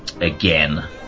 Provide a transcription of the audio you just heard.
Again